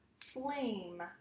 flame